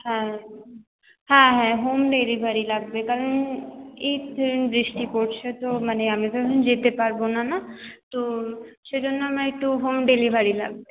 হ্যাঁ হ্যাঁ হ্যাঁ হোম ডেলিভারি লাগবে কারণ এই বৃষ্টি পড়ছে তো মানে আমি তো এখন যেতে পারব না না তো সেইজন্য আমার একটু হোম ডেলিভারি লাগবে